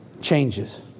changes